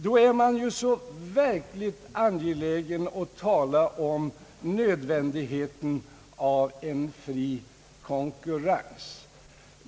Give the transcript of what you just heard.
Då är man verkligt angelägen att tala om nödvändigheten av en fri konkurrens.